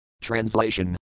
Translation